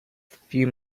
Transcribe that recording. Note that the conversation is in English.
few